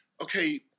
okay